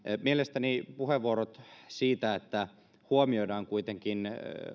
mielestäni puheenvuorot siitä että huomioidaan kuitenkin